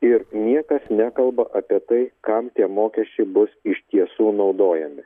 ir niekas nekalba apie tai kam tie mokesčiai bus iš tiesų naudojami